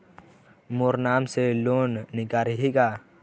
मोर नाम से लोन निकारिही का?